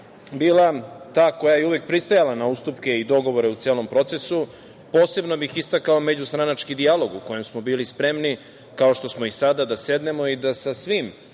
bila ta koja je uvek pristajala na ustupke i dogovore u celom procesu. Posebno bih istakao međustranački dijalog u kojem smo bili spremni, kao što smo i sada, da sednemo i da sa svim